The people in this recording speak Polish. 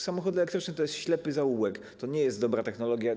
Samochody elektryczne to jest ślepy zaułek, to nie jest dobra technologia.